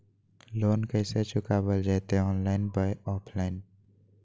Loan कैसे चुकाबल जयते ऑनलाइन बोया ऑफलाइन?